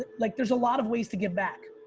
ah like there's a lot of ways to give back.